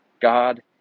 God